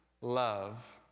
love